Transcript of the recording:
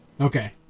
Okay